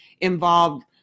involved